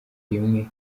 rimwe